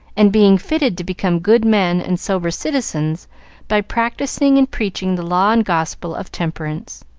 and being fitted to become good men and sober citizens by practising and preaching the law and gospel of temperance.